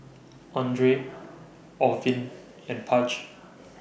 Andrae Orvin and Page